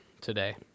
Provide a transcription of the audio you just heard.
today